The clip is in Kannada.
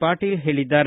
ಪಾಟೀಲ್ ಹೇಳಿದ್ದಾರೆ